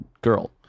girl